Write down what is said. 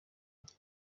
nke